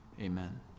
Amen